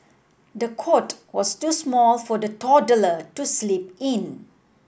the cot was too small for the toddler to sleep in